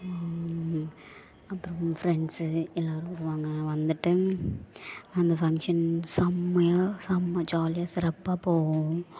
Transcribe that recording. அப்புறம் ஃப்ரெண்ட்ஸு எல்லாரும் வருவாங்க வந்துவிட்டு அந்த ஃபங்க்ஷன் செம்மையா செம்ம ஜாலியாக சிறப்பாக போகும்